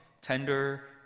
tender